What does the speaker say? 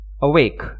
awake